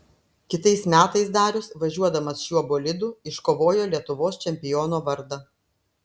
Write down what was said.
kitais metais darius važiuodamas šiuo bolidu iškovojo lietuvos čempiono vardą